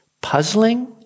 puzzling